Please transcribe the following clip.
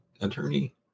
Attorney